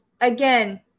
Again